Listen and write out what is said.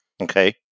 Okay